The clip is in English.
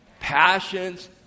passions